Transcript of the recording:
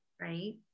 right